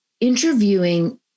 interviewing